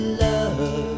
love